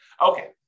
Okay